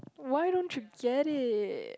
why don't you get it